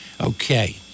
Okay